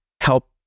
help